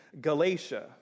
Galatia